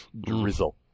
Drizzle